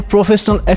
Professional